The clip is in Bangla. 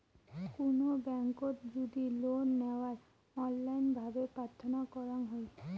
কুনো ব্যাংকোত যদি লোন নেওয়ার অনলাইন ভাবে প্রার্থনা করাঙ হই